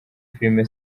filime